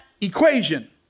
equation